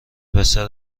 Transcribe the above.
پسر